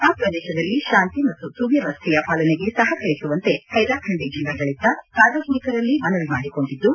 ಆ ಪ್ರದೇಶದಲ್ಲಿ ತಾಂತಿ ಮತ್ತು ಸುವ್ಜವಸ್ಥೆಯ ಪಾಲನೆಗೆ ಸಹಕರಿಸುವಂತೆ ಹೈಲಾಖಂಡಿ ಜಿಲ್ಲಾಡಳಿತ ಸಾರ್ವಜನಿಕರಲ್ಲಿ ಮನವಿ ಮಾಡಿಕೊಂಡಿದ್ದು